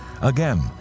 Again